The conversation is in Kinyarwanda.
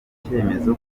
icyemezo